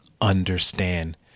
understand